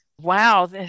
Wow